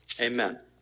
Amen